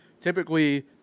typically